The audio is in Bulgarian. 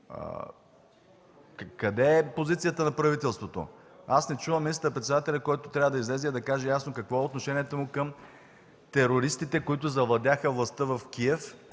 Къде е позицията на правителството? Аз не чувам министър-председателя, който трябва да излезе и да каже ясно какво е отношението му към терористите, които завладяха властта в Киев